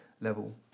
level